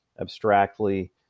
abstractly